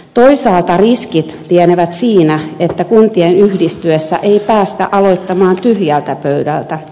toisaalta riskit lienevät siinä että kuntien yhdistyessä ei päästä aloittamaan tyhjältä pöydältä